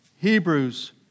Hebrews